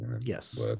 yes